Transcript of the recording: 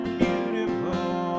beautiful